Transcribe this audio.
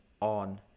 on